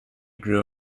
grew